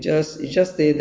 so